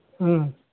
ꯎꯝ